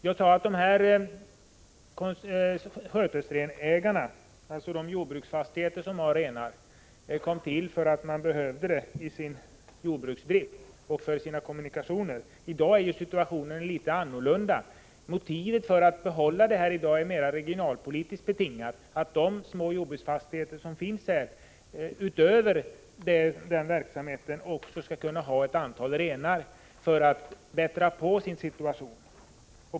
Jag sade att reglerna om skötesrenägarna, dvs. de som har jordbruksfastighet och renar, kom till för att man behövde renar i sin jordbruksdrift och för sina kommunikationer. I dag är situationen något annorlunda. Motivet för att behålla koncessionsrenskötsel är i dag mera regionalpolitiskt betingat. De små jordbruksfastigheter som finns skall också kunna ha ett antal renar för att bättra på sin situation.